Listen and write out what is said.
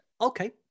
Okay